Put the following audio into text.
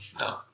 No